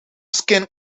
skin